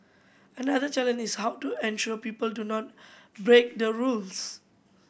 another challenge is how to ensure people do not break the rules